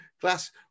Class